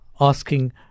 asking